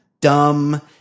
dumb